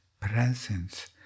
presence